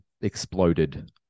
exploded